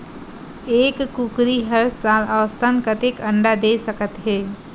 एक कुकरी हर साल औसतन कतेक अंडा दे सकत हे?